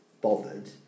bothered